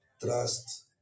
Trust